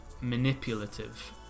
manipulative